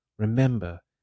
Remember